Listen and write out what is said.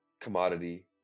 commodity